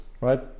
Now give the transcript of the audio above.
right